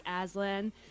Aslan